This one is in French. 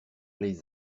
les